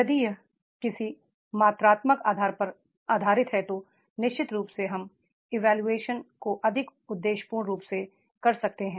यदि यह किसी मात्रात्मक आधार पर आधारित है तो निश्चित रूप से हम इवैल्यूएशन को अधिक उद्देश्यपूर्ण रूप से कर सकते हैं